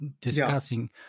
Discussing